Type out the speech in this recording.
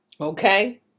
Okay